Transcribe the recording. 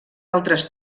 altres